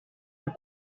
del